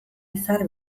izar